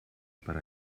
per